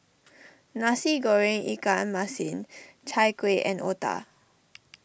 Nasi Goreng Ikan Masin Chai Kueh and Otah